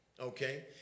okay